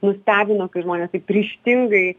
nustebino kai žmonės taip ryžtingai